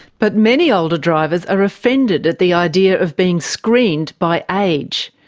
but many older drivers are offended at the idea of being screened by age.